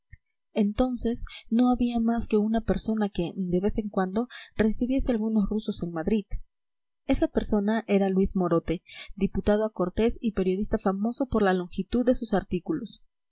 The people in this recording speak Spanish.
entonces no había más que una persona que de vez en cuando recibiese algunos rusos en madrid esta persona era luis morote diputado a cortes y periodista famoso por la longitud de sus artículos